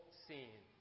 scene